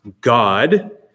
God